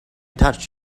touch